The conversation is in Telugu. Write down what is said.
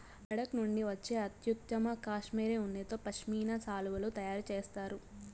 లడఖ్ నుండి వచ్చే అత్యుత్తమ కష్మెరె ఉన్నితో పష్మినా శాలువాలు తయారు చేస్తారు